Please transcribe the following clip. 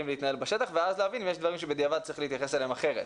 להתנהל בשטח ואז להבין אם יש דברים שבדיעבד צריך להתייחס אליהם אחרת.